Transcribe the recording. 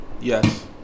Yes